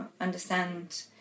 understand